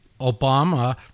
Obama